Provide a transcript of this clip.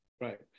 Right